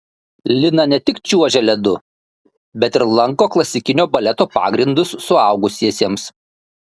lina ne tik čiuožia ledu bet ir lanko klasikinio baleto pagrindus suaugusiesiems